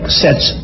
sets